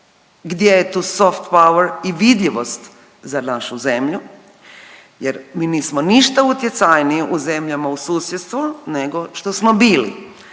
gdje je tu soft power i vidljivost za našu zemlju jer mi nismo ništa utjecajniji u zemljama u susjedstvu nego što smo bili,